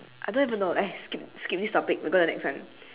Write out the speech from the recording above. I don't even know eh skip skip this topic we go the next one